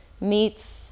meats